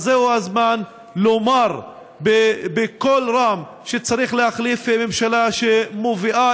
אז זהו הזמן לומר בקול רם שצריך להחליף ממשלה שמביאה